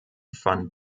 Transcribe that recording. van